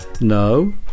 No